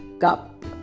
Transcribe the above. cup